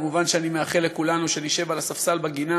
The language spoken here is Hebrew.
מובן שאני מאחל לכולנו שנשב על ספסל בגינה